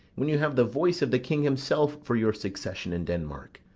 when you have the voice of the king himself for your succession in denmark?